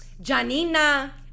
Janina